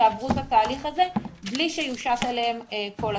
יעברו את התהליך הזה בלי שיושת עליהם כל הסכום.